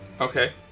Okay